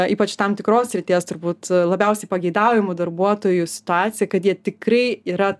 ypač tam tikros srities turbūt labiausiai pageidaujamų darbuotojų situaciją kad jie tikrai yra